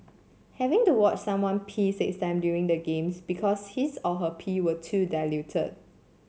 having to watch someone pee six time during the Games because his or her pee were too diluted